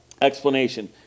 explanation